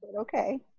okay